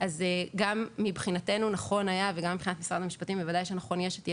גם מבחינתנו וגם מבחינת משרד המשפטים בוודאי נכון שתהיה